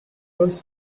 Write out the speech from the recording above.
rules